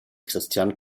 christian